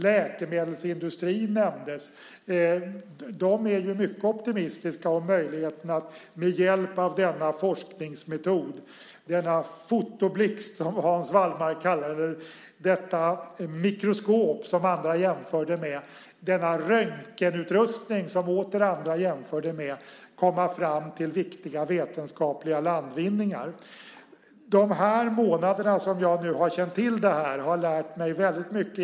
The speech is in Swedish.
Läkemedelsindustrin nämndes, och där är man mycket optimistisk om möjligheten att med hjälp av denna forskningsmetod - denna fotoblixt, som Hans Wallmark kallade den; detta mikroskop, som andra jämförde den med; denna röntgenutrustning, som åter andra jämförde den med - komma fram till viktiga vetenskapliga landvinningar. Jag har under de månader jag känt till detta lärt mig väldigt mycket.